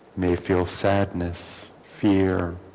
may feel sadness fear